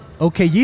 okay